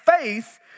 faith